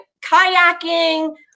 kayaking